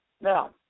Now